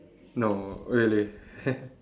no really